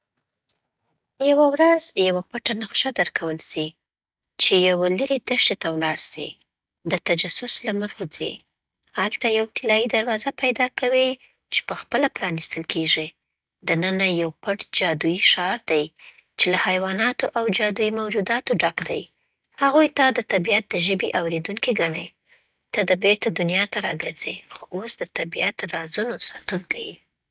وه ورځ یوه پټه نقشه درکول سي، چې یوه لرې دښته ته ولار سيي. ته د تجسس له مخې ځې. هلته یو طلايي دروازه پیدا کوې چې پخپله پرانېستل کېږي. دننه یو پټ، جادويي ښار دی چې له حیواناتو او جادويي موجوداتو ډک دی. هغوی تا د طبیعت د ژبې اورېدونکی ګڼي. ته دی بېرته دنیا ته راګرځې، خو اوس د طبیعت رازونو ساتونکی یې.